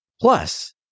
Plus